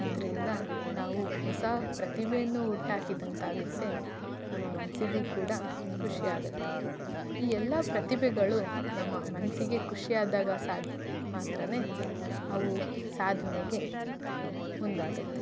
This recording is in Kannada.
ಅದರಿಂದ ನಾವು ಹೊಸ ಪ್ರತಿಭೆಯನ್ನು ಹುಟ್ಟಾಕಿದಂತಾಗುತ್ತೆ ನಮ್ಮ ಮನಸ್ಸಿಗೂ ಕೂಡ ಖುಷಿಯಾಗತ್ತೆ ಈ ಎಲ್ಲ ಪ್ರತಿಭೆಗಳು ನಮ್ಮ ಮನಸ್ಸಿಗೆ ಖುಷಿಯಾದಾಗ ಸಾದ್ ಮಾತ್ರವೇ ಅವು ಸಾಧನೆಗೆ ಮುಂದಾಗತ್ತೆ